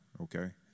okay